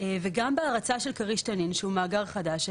וגם היו בעיות בהרצה של כריש תנין, שהוא מאגר חדש.